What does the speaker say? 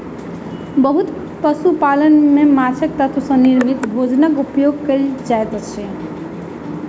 बहुत पशु पालन में माँछक तत्व सॅ निर्मित भोजनक उपयोग कयल जाइत अछि